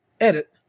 edit